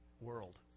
world